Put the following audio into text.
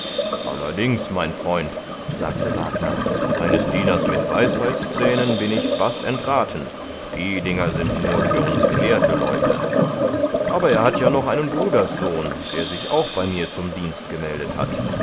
allerdings mein freund sagte wagner eines dieners mit weisheitszähnen bin ich baß entraten die dinger sind nur für uns gelehrte leute aber er hat ja noch einen bruderssohn der sich auch bei mir zum dienst gemeldet hat